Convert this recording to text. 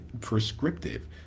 prescriptive